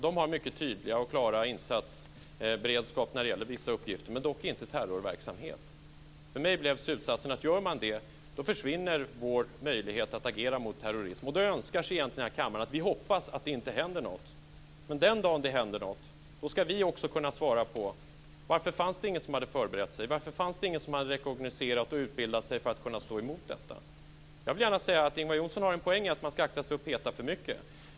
De har en mycket tydlig och klar insatsberedskap för vissa uppgifter, men inte för terrorverksamhet. Min slutsats blev att om det sker en integrering, då försvinner vår möjlighet att agera mot terrorism. Vi får hoppas att det inte händer något, men den dagen som det gör det ska vi kunna svara på frågorna: Varför fanns det ingen som hade förberett sig? Varför fanns det ingen som hade rekognoscerat och utbildat sig för att kunna stå emot detta? Ingvar Johnsson har en poäng i att man ska akta sig för att peta för mycket.